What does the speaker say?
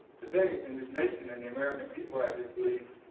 today in this nation and the american people i just believe,